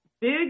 big